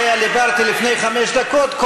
שעליה דיברתי לפני חמש דקות,